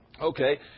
Okay